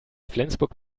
flensburg